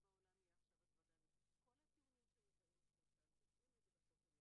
ומאפשרת לעובד בכל מיני נסיבות שיכול להיות שאפשר לראות בהן